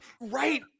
Right